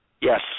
Yes